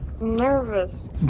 Nervous